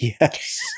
Yes